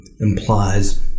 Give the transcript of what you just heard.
implies